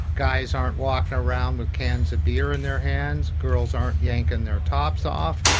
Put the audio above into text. guys aren't walking around with cans of beer in their hands, girls aren't yanking their tops off.